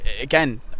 again